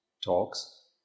talks